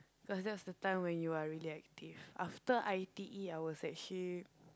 cause that's the time when you are really active after i_t_e I was actually